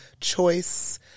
choice